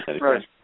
right